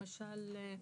למשל,